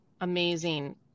Amazing